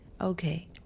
Okay